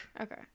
Okay